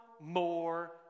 more